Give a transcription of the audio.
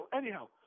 Anyhow